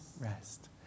rest